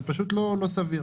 זה פשוט לא סביר.